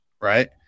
right